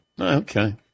Okay